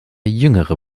jüngere